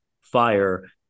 fire